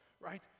right